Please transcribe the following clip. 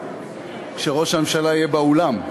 כשראש הממשלה יהיה באולם?